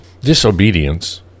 disobedience